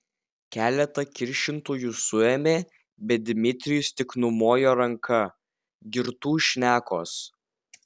keletą kiršintojų suėmė bet dmitrijus tik numojo ranka girtų šnekos